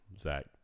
Zach